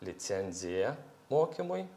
licenciją mokymui